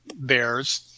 bears